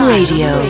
Radio